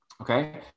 Okay